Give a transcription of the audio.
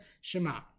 Shema